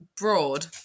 broad –